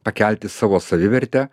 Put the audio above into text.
pakelti savo savivertę